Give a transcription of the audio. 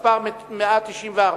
מס' 194,